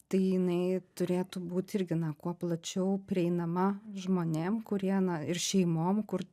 tai jinai turėtų būt irgi na kuo plačiau prieinama žmonėm kurie na ir šeimom kur